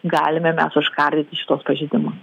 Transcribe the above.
galime mes užkardyti šituos pažeidimu